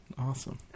Awesome